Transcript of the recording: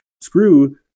screw